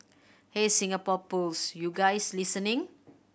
hey Singapore Pools you guys listening